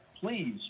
Please